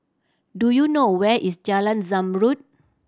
do you know where is Jalan Zamrud